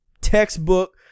textbook